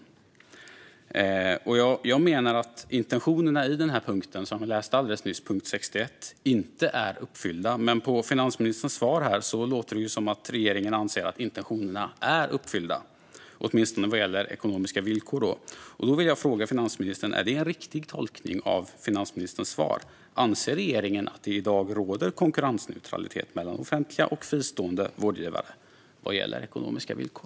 Jag menar att intentionerna i punkt 61 inte är uppfyllda. Men på finansministerns svar låter det som att regeringen anser att intentionerna är uppfyllda, åtminstone vad gäller ekonomiska villkor. Låt mig därför fråga finansministern: Är det en riktig tolkning av finansministerns svar? Anser regeringen att det i dag råder konkurrensneutralitet mellan offentliga och fristående vårdgivare vad gäller ekonomiska villkor?